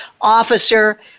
Officer